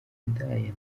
indaya